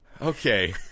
Okay